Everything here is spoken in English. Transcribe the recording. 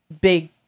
big